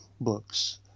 books